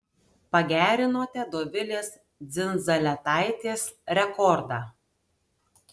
pagerinote dovilės dzindzaletaitės rekordą